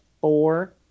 four